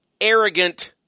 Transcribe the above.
arrogant